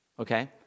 Okay